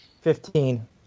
Fifteen